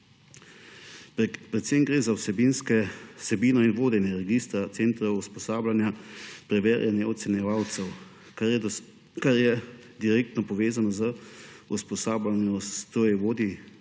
Predvsem gre za vsebino in vodenje registra centrov usposabljanja, preverjanja, ocenjevalcev, kar je direktno povezano z usposabljanjem strojevodij.